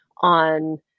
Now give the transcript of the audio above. on